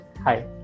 Hi